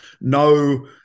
no